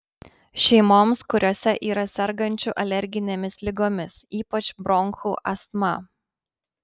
šeimoms kuriose yra sergančių alerginėmis ligomis ypač bronchų astma